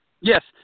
Yes